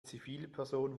zivilperson